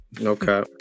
Okay